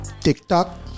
tiktok